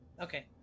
Okay